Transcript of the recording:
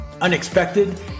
unexpected